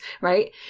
right